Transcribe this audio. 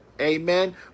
amen